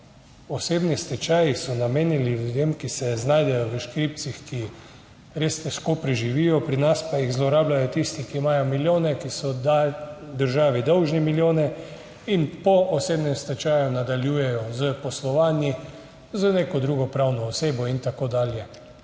Osebni stečaji so namenjeni ljudem, ki se znajdejo v škripcih, ki res težko preživijo, pri nas pa jih zlorabljajo tisti, ki imajo milijone, ki so državi dolžni milijone in po osebnem stečaju nadaljujejo s poslovanji z neko drugo pravno osebo in tako dalje.